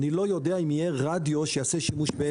אני לא יודע אם יהיה רדיו שיעשה שימוש ב-FM.